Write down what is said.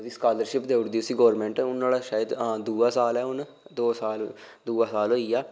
ओह्दी स्कालरशिप देई ओड़ी दी उसी गौरमेंट हून नुआढ़ा शैद आं दूआ साल ऐ हून दो साल दूआ साल होई गेआ